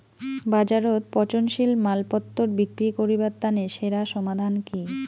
বাজারত পচনশীল মালপত্তর বিক্রি করিবার তানে সেরা সমাধান কি?